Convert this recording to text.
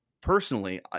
personally